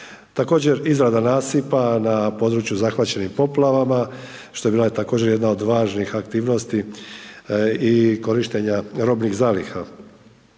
Također izrada nasipa na području zahvaćenih poplavama što je bila i također jedna od važnih aktivnosti i korištenja robnih zaliha.